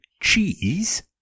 Cheese